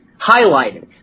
highlighted